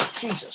Jesus